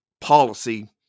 policy